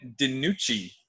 DiNucci